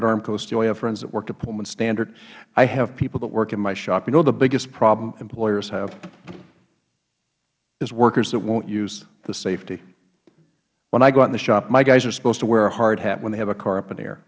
at armco steel i have friends that worked at pullman standard i have people that work in my shop you know the biggest problem employers have is workers that wont use the safety when i go out in the shop my guys are supposed to wear a hard hat when they have a car up in the